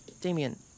Damien